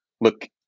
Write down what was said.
look